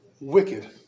wicked